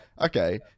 Okay